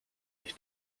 euch